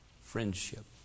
friendship